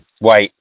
white